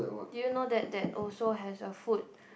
do you know that that also has a food